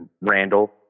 Randall